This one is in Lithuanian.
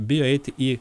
bijo eiti į